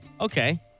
Okay